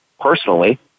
personally